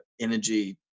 energy